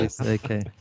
Okay